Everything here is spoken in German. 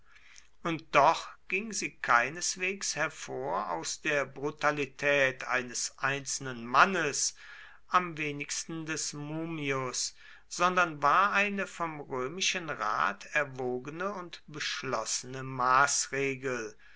und doch ging sie keineswegs hervor aus der brutalität eines einzelnen mannes am wenigsten des mummius sondern war eine vom römischen rat erwogene und beschlossene maßregel